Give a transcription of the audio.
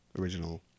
original